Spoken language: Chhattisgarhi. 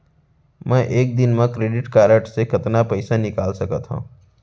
मैं एक दिन म क्रेडिट कारड से कतना पइसा निकाल सकत हो?